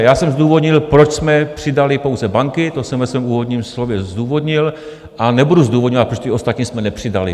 Já jsem zdůvodnil, proč jsme přidali pouze banky, to jsem ve svém úvodním slově zdůvodnil a nebudu zdůvodňovat, proč jsme ty ostatní nepřidali.